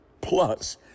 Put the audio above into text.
Plus